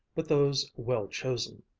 but those well chosen.